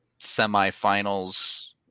semifinals